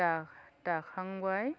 दा दाखांबाय